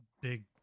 big